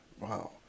wow